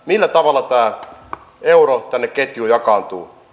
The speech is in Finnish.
millä tavalla tämä euro tänne ketjuun jakaantuu